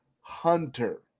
Hunter